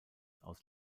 aus